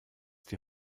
die